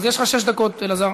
אז יש לך שש דקות, אלעזר,